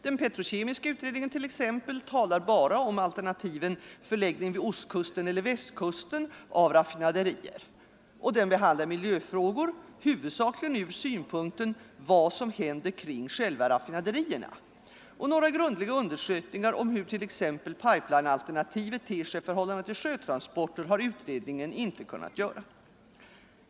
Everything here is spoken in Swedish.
Den petrokemiska utredningen t.ex. talar bara om alternativen förläggning vid ostkusten eller Västkusten av raffinaderier. Den behandlar miljöfrågor huvudsakligen ur synpunkten vad som händer kring själva raffinaderierna. Några grundliga undersökningar om hurt.ex. pipeline-alternativet ter sig i förhållande till sjötransporter har utredningen inte kunnat göra.